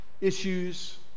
issues